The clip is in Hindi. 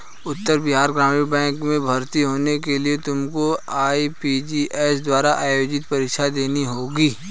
उत्तर बिहार ग्रामीण बैंक में भर्ती होने के लिए तुमको आई.बी.पी.एस द्वारा आयोजित परीक्षा देनी होगी